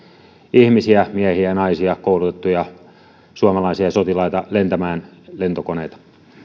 ihmisiä miehiä ja naisia koulutettuja suomalaisia sotilaita lentämään lentokoneita